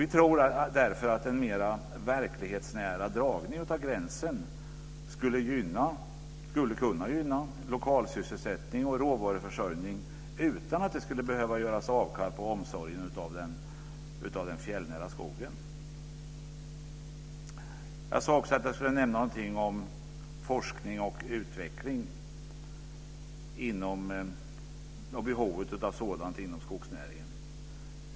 Vi tror därför att en mera verklighetsnära dragning av gränsen skulle kunna gynna lokal sysselsättning och råvaruförsörjning utan att det skulle behöva göras avkall på omsorgen av den fjällnära skogen. Jag sade också att jag skulle nämna något om behovet av forskning och utveckling inom skogsnäringen.